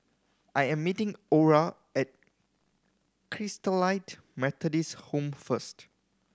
I am meeting Orah at Christalite Methodist Home first